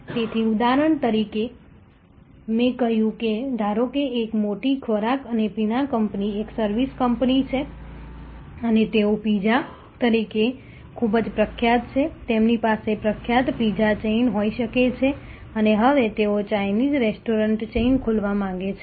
તેથી ઉદાહરણ તરીકે મેં કહ્યું કે ધારો કે એક મોટી ખોરાક અને પીણાં કંપની એક સર્વિસ કંપની છે અને તેઓ પિઝા તરીકે ખૂબ પ્રખ્યાત છે તેમની પાસે પ્રખ્યાત પિઝા ચેઇન હોઈ શકે છે અને હવે તેઓ ચાઇનીઝ રેસ્ટોરન્ટ ચેઇન ખોલવા માંગે છે